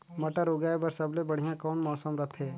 मटर उगाय बर सबले बढ़िया कौन मौसम रथे?